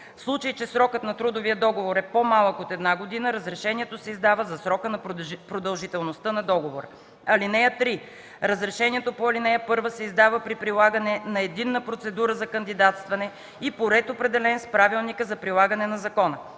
В случай че срокът на трудовия договор е по-малък от една година, разрешението се издава за срока на продължителността на договора. (3) Разрешението по ал. 1 се издава при прилагане на единна процедура за кандидатстване и по ред, определен с правилника за прилагане на закона.